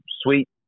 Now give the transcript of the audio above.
sweet –